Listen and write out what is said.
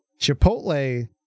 chipotle